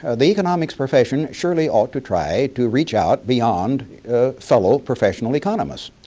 ah the economics profession surely ought to try to reach out beyond fellow professional economists.